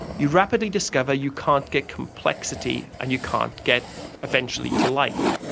you rapidly discover you can't get complexity and you can't get eventually to life.